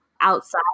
outside